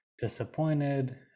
disappointed